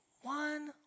one